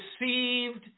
deceived